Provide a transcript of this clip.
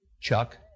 Chuck